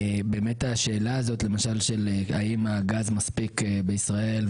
השאלה הזו של האם הגז מספיק בישראל,